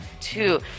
Two